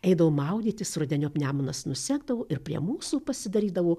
eidavom maudytis rudeniop nemunas nusekdavo ir prie mūsų pasidarydavo